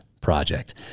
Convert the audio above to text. project